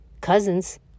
cousins